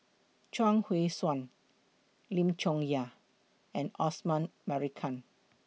Chuang Hui Tsuan Lim Chong Yah and Osman Merican